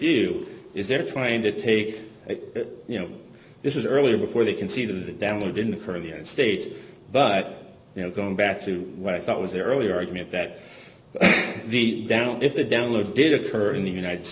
do is they're trying to take it you know this is earlier before they can see the damage in the caribbean state but you know going back to what i thought was the earlier argument that the down if the download did occur in the united